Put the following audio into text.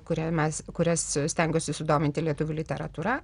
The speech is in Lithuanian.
kuria mes kurias stengiuosi sudominti lietuvių literatūra